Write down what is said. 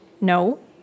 No